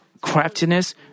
craftiness